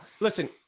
listen